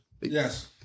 Yes